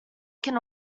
can